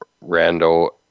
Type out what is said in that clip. Randall